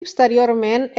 exteriorment